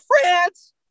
France